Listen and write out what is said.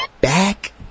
Back